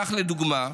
כך, לדוגמה,